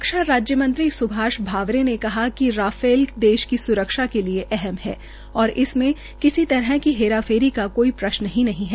रक्षा राज्य मंत्री स्भाष भावरे ने कहा कि राफेल देश की स्रक्षा के लिए अहम है और इसमे किसी तरह की हेराफेरी का कोई प्रश्न ही नहीं है